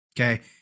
okay